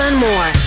more